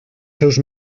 seus